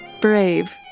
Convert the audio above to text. brave